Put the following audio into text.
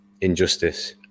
injustice